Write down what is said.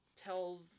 tells